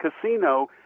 casino